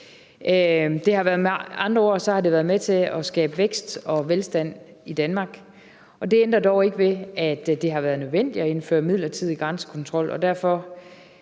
andre ord har det været med til at skabe vækst og velstand i Danmark, men det ændrer dog ikke ved, at det har været nødvendigt at indføre midlertidig grænsekontrol.